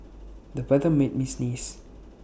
the weather made me sneeze